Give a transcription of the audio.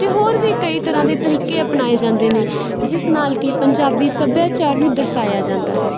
ਅਤੇ ਹੋਰ ਵੀ ਕਈ ਤਰ੍ਹਾਂ ਦੇ ਤਰੀਕੇ ਅਪਣਾਏ ਜਾਂਦੇ ਨੇ ਜਿਸ ਨਾਲ ਕਿ ਪੰਜਾਬੀ ਸੱਭਿਆਚਾਰ ਨੂੰ ਦਰਸਾਇਆ ਜਾਂਦਾ ਹੈ